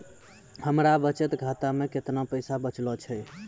हमरो बचत खाता मे कैतना पैसा बचलो छै?